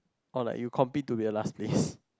or like you compete to be the last place